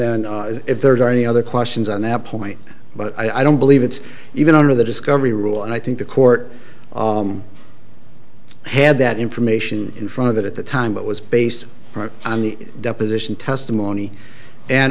then if there are any other questions on that point but i don't believe it's even under the discovery rule and i think the court had that information in front of it at the time but was based on the deposition testimony and